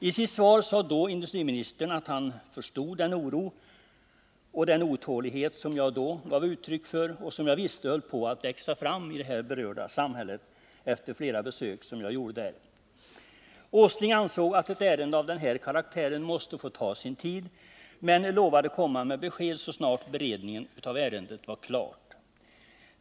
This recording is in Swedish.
I sitt svar sade industriministern att han förstod den oro och den otålighet som jag gav uttryck för och som jag efter flera besök där visste höll på att växa fram i det berörda samhället. Herr Åsling ansåg att ett ärende av den här karaktären måste få ta sin tid, men lovade komma med besked så snart beredningen av ärendet var klar.